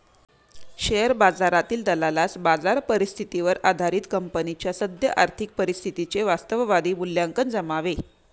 share बाजारातील दलालास बाजार परिस्थितीवर आधारित कंपनीच्या सद्य आर्थिक परिस्थितीचे वास्तववादी मूल्यांकन जमावे